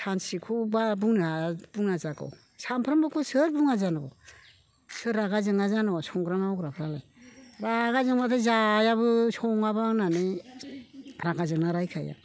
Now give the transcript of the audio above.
सानसेखौबा बुङा जागौ सानफ्रोमबोखौ सोर बुङा जानांगौ सोर रागा जोङा जानांगौ संग्रा मावग्राफ्रालाय रागा जोंबाथाय जायाबो सङाबो आं होननानै रागा जोंना रायखायो आं